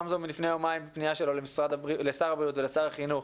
גמזו מלפני יומיים בפנייה שלו לשר הבריאות ולשר החינוך,